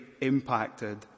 impacted